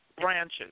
branches